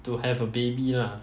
to have a baby lah